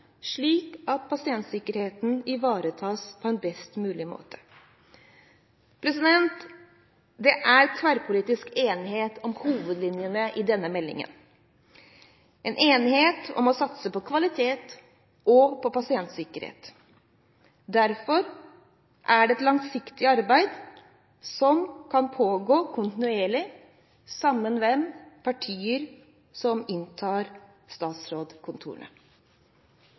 slik at pasientsikkerheten ivaretas på en best mulig måte. Det er tverrpolitisk enighet om hovedlinjene i denne meldingen, en enighet om å satse på kvalitet og på pasientsikkerhet. Dette er et langsiktig arbeid som må pågå kontinuerlig, samme hvilke partier som inntar statsrådkontorene.